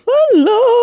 Hello